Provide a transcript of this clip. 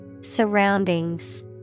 Surroundings